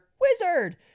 wizard